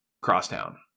Crosstown